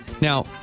Now